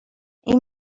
این